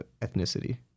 ethnicity